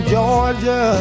Georgia